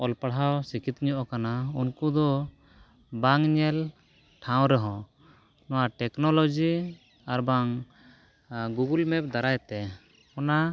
ᱚᱞ ᱯᱟᱲᱦᱟᱣ ᱥᱤᱠᱠᱷᱤᱛ ᱧᱚᱜ ᱟᱠᱟᱱᱟ ᱩᱱᱠᱩ ᱫᱚ ᱵᱟᱝ ᱧᱮᱞ ᱴᱷᱟᱶ ᱨᱮᱦᱚᱸ ᱱᱚᱣᱟ ᱴᱮᱠᱱᱳᱞᱚᱡᱤ ᱟᱨᱵᱟᱝ ᱜᱩᱜᱚᱞ ᱢᱮᱯ ᱫᱟᱨᱟᱭᱛᱮ ᱚᱱᱟ